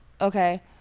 Okay